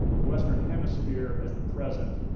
the western hemisphere as the present,